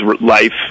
life